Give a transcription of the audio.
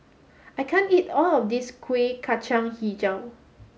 I can't eat all of this Kuih Kacang Hijau